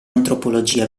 antropologia